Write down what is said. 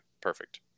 perfect